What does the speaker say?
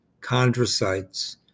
chondrocytes